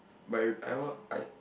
but re~ I want I